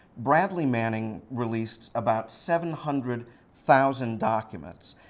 bradley manning released about seven hundred thousand documents.